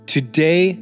Today